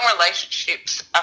relationships